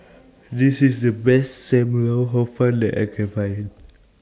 This IS The Best SAM Lau Hor Fun that I Can Find